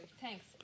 thanks